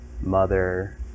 mother